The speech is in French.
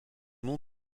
nom